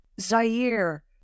Zaire